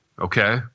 okay